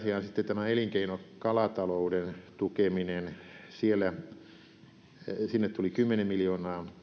tämä elinkeinokalatalouden tukeminen sinne tuli kymmenen miljoonaa